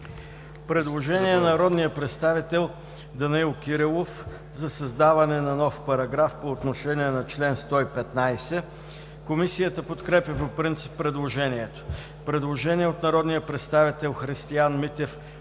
Предложение на народния представител Данаил Кирилов за създаване на нов параграф по отношение на чл. 115. Комисията подкрепя по принцип предложението. Предложение от народния представител Христиан Митев